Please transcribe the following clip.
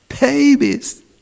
babies